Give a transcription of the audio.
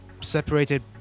separated